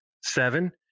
Seven